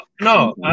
no